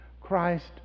Christ